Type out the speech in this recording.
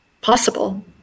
possible